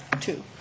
Two